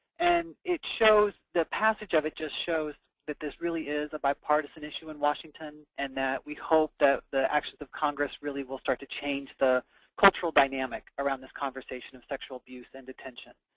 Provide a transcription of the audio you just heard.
and it shows the passage of it just shows that this really is a bipartisan issue in washington and that we hope that the actions of congress really will start to change the cultural dynamic around this conversation of sexual abuse in and detention.